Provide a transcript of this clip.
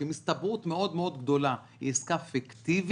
שעם הסתברות מאוד-מאוד גדולה היא עסקה פיקטיבית,